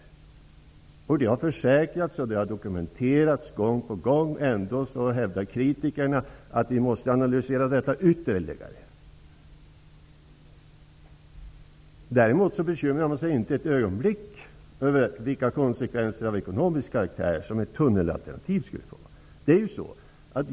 Det har gång på gång försäkrats och dokumenterats. Ändå hävdar kritikerna att vi måste analysera detta ytterligare. Däremot bekymrar man sig inte alls för vilka konsekvenser av ekonomisk karaktär som ett tunnelalternativ skulle få.